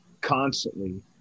constantly